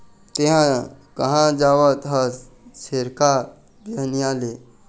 तेंहा कहाँ जावत हस छेरका, बिहनिया ले?